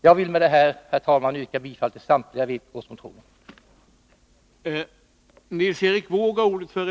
Jag vill med detta, herr talman, yrka bifall till samtliga vpk-motioner.